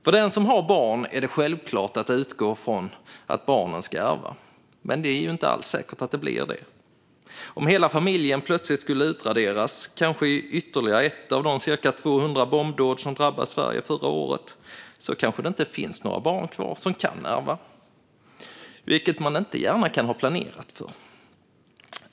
För den som har barn är det självklart att utgå från att barnen ska ärva, men det är inte alls säkert att det blir så. En hel familj kan plötsligt utraderas i till exempel ytterligare ett bombdåd - ca 200 bombdåd drabbade Sverige förra året. Då finns det inte några barn kvar som kan ärva. Detta kan man inte gärna ha planerat för.